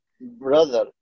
brother